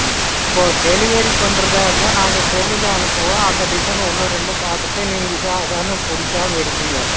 ம் இப்போது டெலிவரி பண்ணுறதா இருந்தால் நாங்கள் செல்லில் அனுப்புவோம் அந்த டிசைனு ஒன்று ரெண்டு பார்த்துட்டு நீங்கள் இதா அதானு பிடிக்காம இருப்பிங்க